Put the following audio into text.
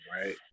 right